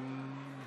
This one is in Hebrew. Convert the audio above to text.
הלך לישון.